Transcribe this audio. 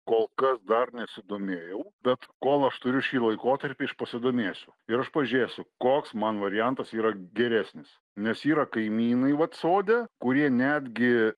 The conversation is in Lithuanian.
kol kas dar nesidomėjau bet kol aš turiu šį laikotarpį aš pasidomėsiu ir aš pažiūrėsiu koks man variantas yra geresnis nes yra kaimynai vat sode kurie netgi